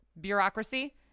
Bureaucracy